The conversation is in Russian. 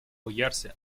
ойярсе